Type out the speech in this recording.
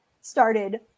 started